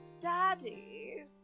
Daddy